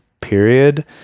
period